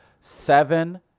seven